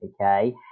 Okay